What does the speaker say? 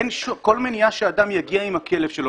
אין כל מניעה שאדם יגיע עם הכלב שלו.